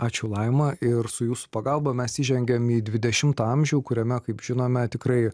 ačiū laima ir su jūsų pagalba mes įžengiam į dvidešimtą amžių kuriame kaip žinome tikrai